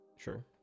Sure